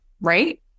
Right